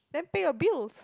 then pay your bills